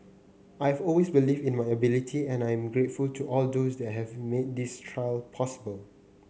I've always believed in my ability and I am grateful to all those that have made this trial possible